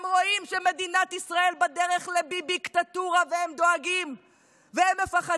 הם רואים שמדינת ישראל בדרך לביביקטטורה והם דואגים ומפחדים.